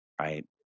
right